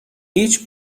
هیچ